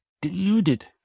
deluded